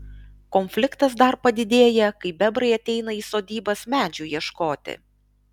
konfliktas dar padidėja kai bebrai ateina į sodybas medžių ieškoti